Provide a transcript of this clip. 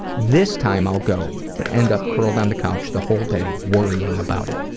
this time i'll go. but end up curled on the couch the whole day worrying about it.